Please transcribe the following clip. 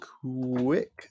quick